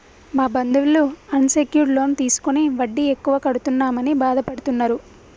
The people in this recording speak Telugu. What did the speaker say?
మా బంధువులు అన్ సెక్యూర్డ్ లోన్ తీసుకుని వడ్డీ ఎక్కువ కడుతున్నామని బాధపడుతున్నరు